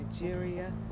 Nigeria